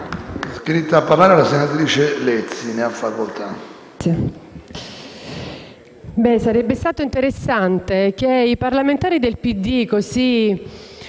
sarebbe stato interessante che i parlamentari del PD, così